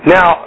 Now